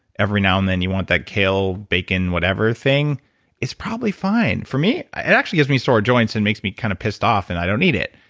every now and then you want that kale, bacon, whatever thing it's probably fine. for me, it actually gives me sore joints and makes me kind of pissed off and i don't need it.